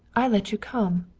i let you come.